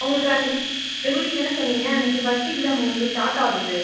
உங்களுக்கு அன்னிக்கு triple E தானே சொன்னீங்க அன்னைக்கு ஃபஸ்ட் எக்ஸாம் உங்களுக்கு ஸ்டாட் ஆகுது